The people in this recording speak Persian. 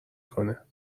کنه